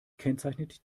kennzeichnet